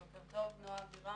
בוקר טוב.